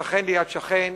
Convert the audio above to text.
שכן ליד שכן,